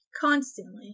constantly